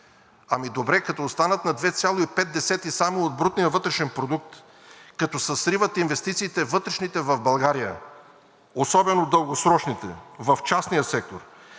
Ами добре, като останат на 2,5 само от брутния вътрешен продукт, като се сриват вътрешните инвестиции в България, особено дългосрочните в частния сектор,